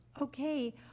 Okay